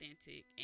authentic